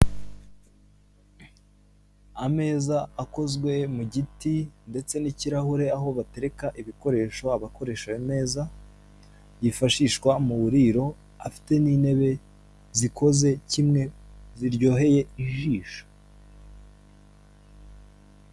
Ameza akozwe mu giti ndetse n'ikirahure aho batereka ibikoresho abakoresha ayo meza yifashishwa mu buririro afite n'intebe zikoze kimwe ziryoheye ijisho.